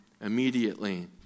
immediately